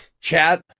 Chat